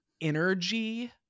energy